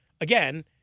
again